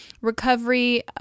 recovery